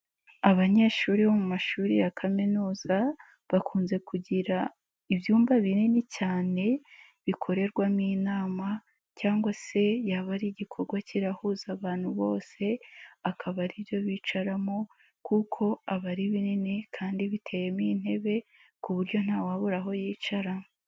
Abanyeshuri bo mu mashuri ya kaminuza, bakunze kugira ibyumba binini cyane bikorerwamo inama cyangwa se yaba ari igikorwa kirahuza abantu bose, akaba ari byo bicaramo kuko aba ari binini kandi biteyemo intebe, ku buryo ntawabura aho yicara.